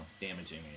damaging